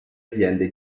aziende